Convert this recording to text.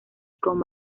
con